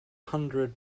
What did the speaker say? hundred